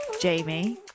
Jamie